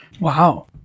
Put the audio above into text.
Wow